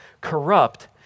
corrupt